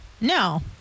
No